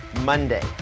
Monday